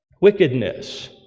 Wickedness